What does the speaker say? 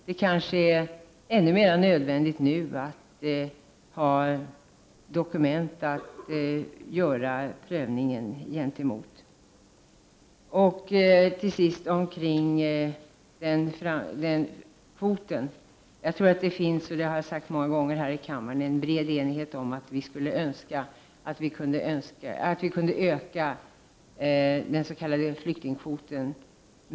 Det kanske är ännu viktigare nu att dokument finns för att en prövning skall kunna göras. Till sist vill jag säga något om kvoten. Jag tror att det finns, vilket jag har sagt många gånger i kammaren, en bred enighet om att vi i Sverige skulle önska att vi kunde öka den s.k. flyktingkvoten.